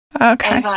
okay